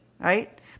Right